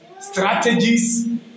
strategies